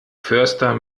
förster